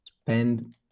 spend